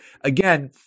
again